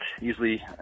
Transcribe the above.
usually